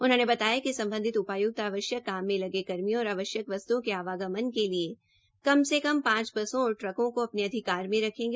उन्होंने बताया कि सम्बधित उपाय्क्त आवश्यक काम में लगे कर्मियों और आवश्यक वस्त्ओं के आवागमन के लिए कम से कम पांच बसों और ट्रकों को अपने अधिकार से रखेंगे